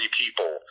people